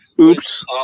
Oops